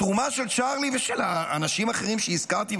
התרומה של צ'רלי ושל האנשים האחרים שהזכרתי,